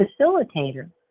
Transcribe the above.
facilitator